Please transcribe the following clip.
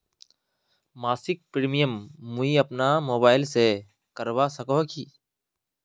मासिक प्रीमियम मुई अपना मोबाईल से करवा सकोहो ही?